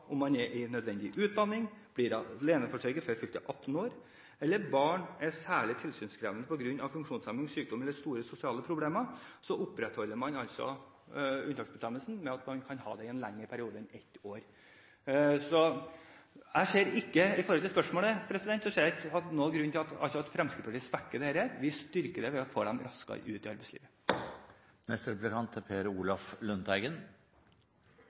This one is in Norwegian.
om man er i nødvendig utdanning, blir aleneforsørger før fylte 18 år eller har barn som er særlig tilsynskrevende på grunn av funksjonshemming, sykdom eller store sosiale problemer, kan man ha overgangsstønad i en lengre periode enn ett år. Som svar på spørsmålet: Jeg ser ingen grunn til at Fremskrittspartiet svekker dette, vi styrker det ved å få dem raskere ut i arbeidslivet. Vi fikk høre om drømmen til Stian om å bli hjullastersjåfør. Det er